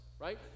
Right